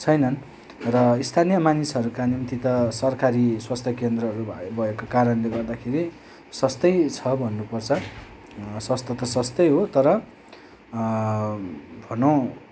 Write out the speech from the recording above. छैनन् र स्थानीय मानिसहरूका निम्ति त सरकारी स्वास्थ्य केन्द्रहरू भएको कारणले गर्दाखेरि सस्तै छ भन्नु पर्छ सस्तो त सस्तै हो तर भनौँ